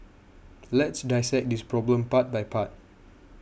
let's dissect this problem part by part